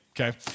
okay